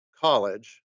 college